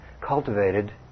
cultivated